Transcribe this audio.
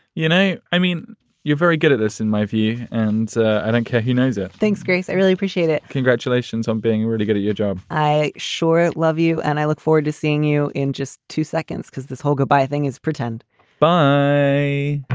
you and know, i mean you're very good at this in my view. and i think yeah he knows it. thanks, grace. i really appreciate it. congratulations on being really good at your job i sure love you. and i look forward to seeing you in just two seconds because this whole goodbye thing is pretend by a